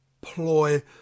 ploy